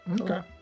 Okay